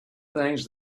things